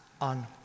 on